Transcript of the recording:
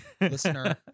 listener